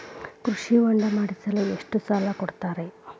ಕೃಷಿ ಹೊಂಡ ಮಾಡಿಸಲು ಎಷ್ಟು ಸಾಲ ಕೊಡ್ತಾರೆ?